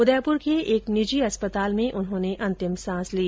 उदयपुर के एक निजी चिकित्सालय में उन्होंने अंतिम सांस ली